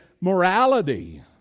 Morality